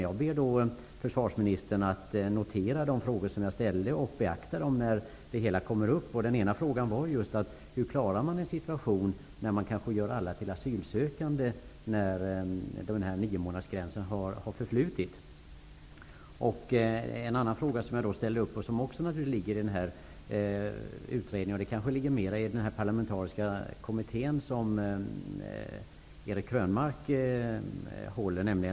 Jag ber försvarsministern att notera de frågor jag ställde och beakta dem när ärendet kommer upp. Den ena frågan jag ställde var: Hur klarar man av den situation som uppstår om man gör alla till asylsökande när niomånadersgränsen har passerats? Jag ställde också en fråga som kanske i högre grad berör den parlamentariska kommitté som Eric Krönmark håller i.